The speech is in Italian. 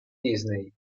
disney